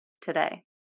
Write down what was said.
today